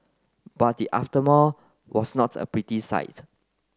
but the aftermath was not a pretty sight